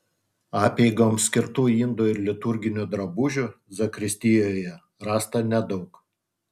apeigoms skirtų indų ir liturginių drabužių zakristijoje rasta nedaug